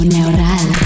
Neural